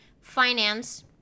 finance